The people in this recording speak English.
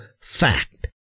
fact